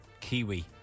Kiwi